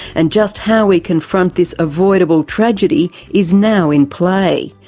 and just how we confront this avoidable tragedy is now in play.